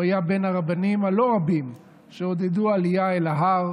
הוא היה בין הרבנים הלא-רבים שעודדו עלייה אל ההר,